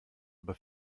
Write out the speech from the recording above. aber